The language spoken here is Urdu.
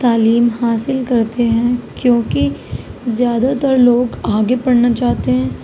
تعلیم حاصل کرتے ہیں کیونکہ زیادہ تر لوگ آگے پڑھنا چاہتے ہیں